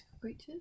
creatures